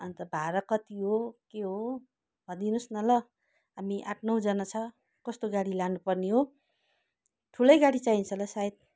अन्त भाडा कति हो के हो भनिदिनुहोस् न ल हामी आठ नौजना छ कस्तो गाडी लानुपर्ने हो ठुलै गाडी चाहिन्छ होला सायद